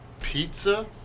pizza